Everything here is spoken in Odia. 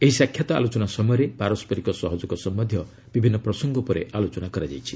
ଏହି ସାକ୍ଷାତ ଆଲୋଚନା ସମୟରେ ପାରସ୍କରିକ ସହଯୋଗ ସମ୍ଭନ୍ଧୀୟ ବିଭିନ୍ନୁ ପ୍ରସଙ୍ଗ ଉପରେ ଆଲୋଚନା କରାଯାଇଛି